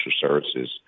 services